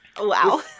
Wow